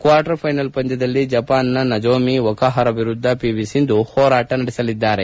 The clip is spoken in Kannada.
ಕ್ವಾರ್ಟರ್ ಫ್ಲೆನಲ್ ಪಂದ್ಲದಲ್ಲಿ ಜಪಾನಿನ ನಜೊಮಿ ಒಕುಹಾರ ವಿರುದ್ದ ವಿವಿ ಸಿಂಧು ಹೋರಾಟ ನಡೆಸಲಿದ್ದಾರೆ